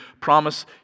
promise